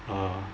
uh